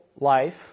life